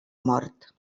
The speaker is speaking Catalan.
mort